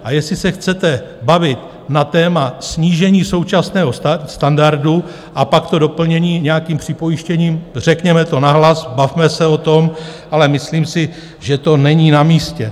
A jestli se chcete bavit na téma snížení současného standardu a pak to doplnění nějakým připojištěním, řekněme to nahlas, bavme se o tom, ale myslím si, že to není namístě.